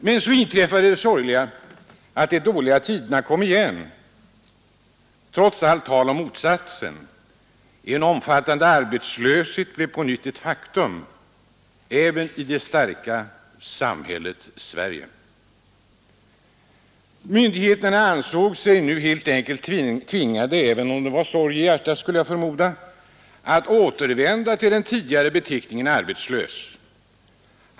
Men så inträffade det sorgliga att de dåliga tiderna kom igen trots allt tal om motsatsen. En omfattande arbetslöshet blev på nytt ett faktum även i det ”starka samhället” Sverige. Myndigheterna ansåg sig nu helt enkelt tvingade — även om det var med sorg i hjärtat, skulle jag förmoda — att återvända till den tidigare beteckningen ”arbetslös”.